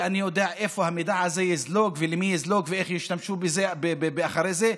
ואני יודע לאיפה המידע הזה יזלוג ולמי יזלוג ואיך ישתמשו בזה אחרי זה?